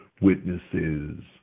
witnesses